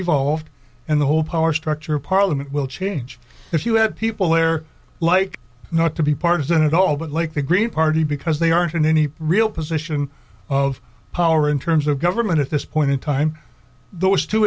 evolved and the whole power structure of parliament will change if you had people there like not to be partisan at all but like the green party because they aren't in any real position of power in terms of government at this point in time those two